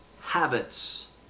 habits